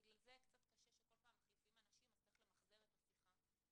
בגלל זה קשה כשכל פעם מחליפים אנשים אז צריך למחזר את השיחה.